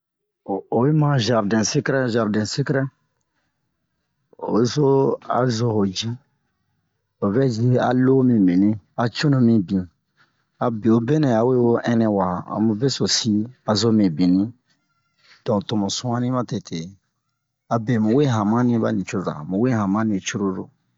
O oyi ma zardɛn-sekrɛ zardɛn-sekrɛ o zo a zo ho ji o vɛ ji a lo mimini a cunu mibin a bewobe nɛ wa we we ho innɛ wa a mu besosi a zo mibini don to mu su'ani ma tete abe mu we hamani ba nicoza mu we hamani cururu